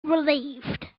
relieved